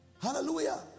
hallelujah